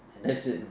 that's it